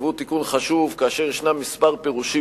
והוא תיקון חשוב: כאשר ישנם כמה פירושים